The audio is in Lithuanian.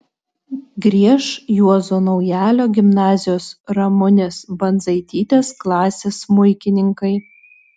grieš juozo naujalio gimnazijos ramunės bandzaitytės klasės smuikininkai